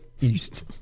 East